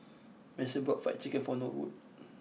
Mason bought fried chicken for Norwood